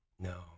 No